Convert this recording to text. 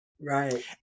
right